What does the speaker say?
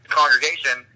congregation